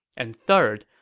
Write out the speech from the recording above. and third,